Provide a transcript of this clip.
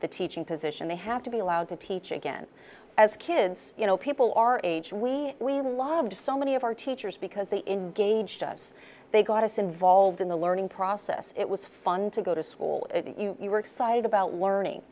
the teaching position they have to be allowed to teach again as kids you know people our age we we loved so many of our teachers because the in gauged us they got us involved in the learning process it was fun to go to school we were excited about learning